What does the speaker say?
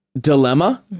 dilemma